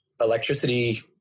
electricity